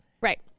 right